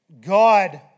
God